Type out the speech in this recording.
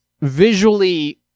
visually